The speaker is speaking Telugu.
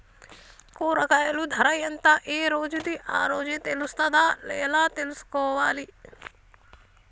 కూరగాయలు ధర ఎంత ఏ రోజుది ఆ రోజే తెలుస్తదా ఎలా తెలుసుకోవాలి?